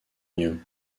mieux